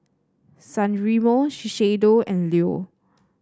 San Remo Shiseido and Leo